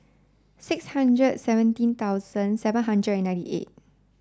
six hundred seventeen thousand seven thousand and ninety eight